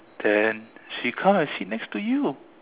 then she come and sit next to you